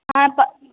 ஆ இப்போ